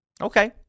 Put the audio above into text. Okay